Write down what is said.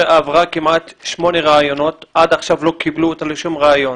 היא עברה כמעט שמונה ראיונות ועד עכשיו לא קיבלו אותה לעבודה.